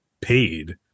paid